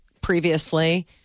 previously